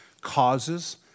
causes